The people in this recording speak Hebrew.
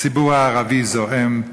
הציבור הערבי זועם,